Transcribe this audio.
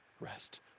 rest